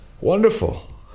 Wonderful